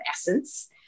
essence